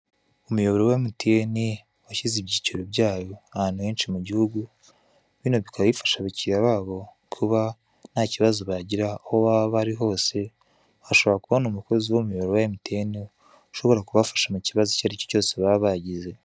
Umuyoboro wa emutiyeni washyize ibyiciro byayo ahantu henshi mu gihugu bino bikaba bifasha abakiriya babo kuba ntakibazo bagira aho baba bari hose hashobora kubona umukozi w'umuyoboro wa emutiyeni ushobora kubafasha mu kibazo icyo aricyo cyose baba bagize.